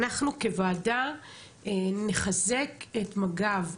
אנחנו כוועדה נחזק את מג"ב,